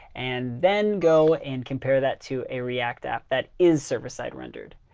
and then go and compare that to a react app that is server-side rendered.